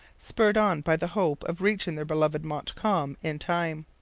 spurred on by the hope of reaching their beloved montcalm in time.